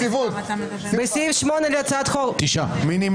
הצבעה מס' 6 בעד ההסתייגות 6 נגד, 9 נמנעים,